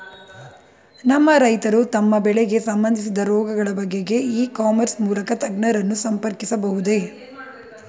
ನಮ್ಮ ರೈತರು ತಮ್ಮ ಬೆಳೆಗೆ ಸಂಬಂದಿಸಿದ ರೋಗಗಳ ಬಗೆಗೆ ಇ ಕಾಮರ್ಸ್ ಮೂಲಕ ತಜ್ಞರನ್ನು ಸಂಪರ್ಕಿಸಬಹುದೇ?